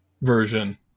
version